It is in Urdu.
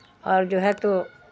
اور جو ہے تو